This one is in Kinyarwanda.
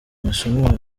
masomo